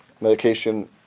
medication